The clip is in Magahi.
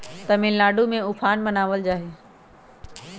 तमिलनाडु में उफान मनावल जाहई